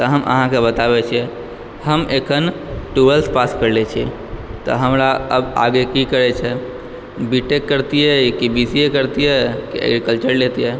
तऽ हम अहाँके बताबए छियै हम अखन ट्वेल्थ पास करले छी तब हमरा आगे कि करय के छै बी टेक करतिए कि बी सी ए करतिए कि एग्रीकल्चर लेतिए